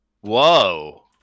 whoa